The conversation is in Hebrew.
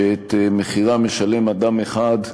שאת מחירה משלם אדם אחד,